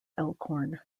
elkhorn